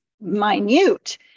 minute